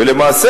ולמעשה,